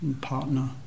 partner